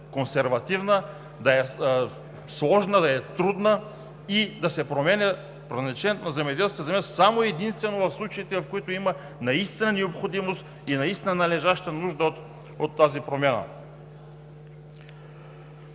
консервативна, да е сложна, да е трудна и да се променя предназначението на земеделската земя само и единствено в случаите, в които има наистина необходимост и наистина належаща нужда от тази промяна.